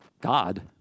God